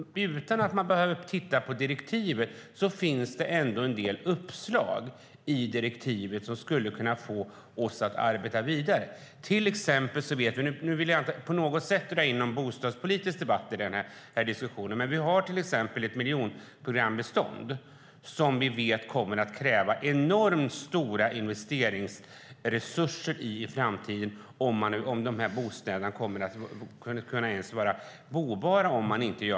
Utan att titta på direktivet finns det ju ändå en del uppslag i det som skulle kunna få oss att arbeta vidare. Nu vill jag inte på något sätt dra in någon bostadspolitisk debatt i den här diskussionen, men vi har till exempel ett miljonprogramsbestånd som vi vet kommer att kräva enorma investeringsresurser i framtiden om dessa bostäder ens ska kunna vara bobara.